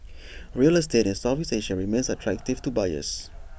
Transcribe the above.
real estate in Southeast Asia remains attractive to buyers